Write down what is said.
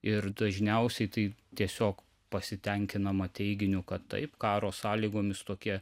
ir dažniausiai tai tiesiog pasitenkinama teiginiu kad taip karo sąlygomis tokie